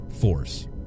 force